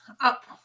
up